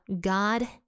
God